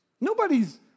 Nobody's